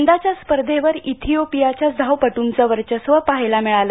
यंदाच्या स्पर्धेवर इथिओपियाच्याच धावपटुंचं वर्चस्व पहायला मिळालं